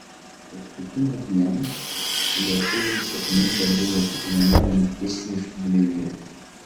paskutinę dieną lietuviui sėkminga buvo tik viena rungtis iš dvejų